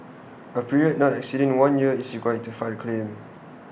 A period not exceeding one year is required to file A claim